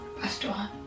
Pastor